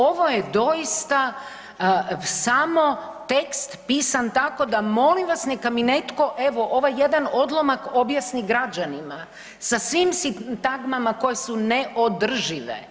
Ovo je doista samo tekst pisan tako da molim vas neka mi netko evo ovaj odlomak objasni građanima sa svim sintagmama koje su neodržive.